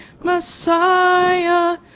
Messiah